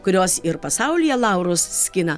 kurios ir pasaulyje laurus skina